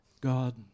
God